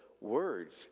words